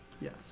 Yes